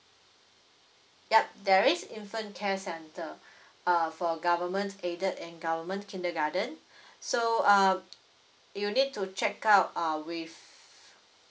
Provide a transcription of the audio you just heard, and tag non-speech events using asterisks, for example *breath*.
ya there is infant care centre *breath* uh for government's aided and government kindergarten *breath* so uh you need to check out uh with